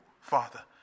Father